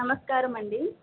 నమస్కారమండీ